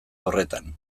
horretan